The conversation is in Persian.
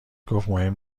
گفتمهم